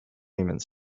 claimants